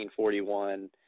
1941